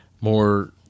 more